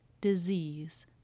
disease